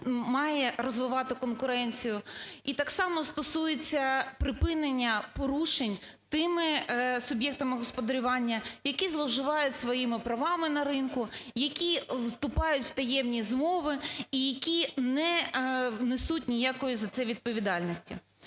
має розвивати конкуренцію, і так само стосується припинення порушень тими суб'єктами господарювання, які зловживають своїми правами на ринку, які вступають в таємні змови і які не несуть ніякої за це відповідальності.